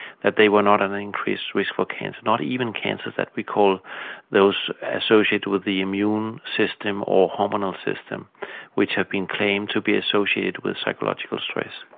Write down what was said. that they were not at an increased risk for cancer, not even cancers that we call those associated with the immune system or hormonal system which have been claimed to be associated with psychological stress.